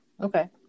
okay